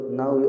now